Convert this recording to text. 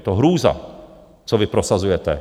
Je to hrůza, co vy prosazujete.